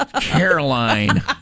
Caroline